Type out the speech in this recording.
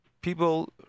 people